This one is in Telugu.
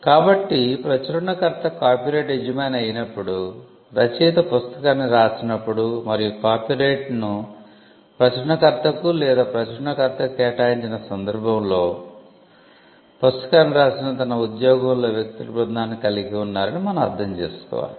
కాబట్టి ప్రచురణకర్త కాపీరైట్ యజమాని అయినప్పుడు రచయిత పుస్తకాన్ని వ్రాసినప్పుడు మరియు కాపీరైట్ను ప్రచురణకర్తకు లేదా ప్రచురణకర్తకు కేటాయించిన సందర్భంలో పుస్తకాన్ని వ్రాసిన తన ఉద్యోగంలో వ్యక్తుల బృందాన్ని కలిగి ఉన్నారని మనం అర్థం చేసుకోవాలి